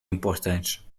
importante